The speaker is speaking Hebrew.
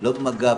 לא במג"ב,